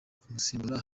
kumusimbura